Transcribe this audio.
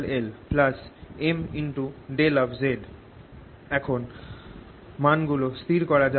M Mδ Mδ এখন মানগুলো স্থির করা যাক